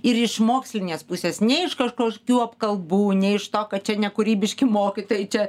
ir iš mokslinės pusės ne iš kažkokių apkalbų ne iš to kad čia nekūrybiški mokytojai čia